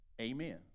Amen